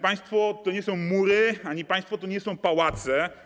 Państwo to nie są mury, ani państwo to nie są pałace.